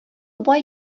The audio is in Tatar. бай